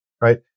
right